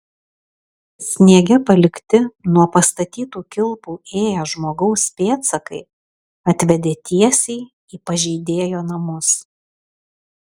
sniege palikti nuo pastatytų kilpų ėję žmogaus pėdsakai atvedė tiesiai į pažeidėjo namus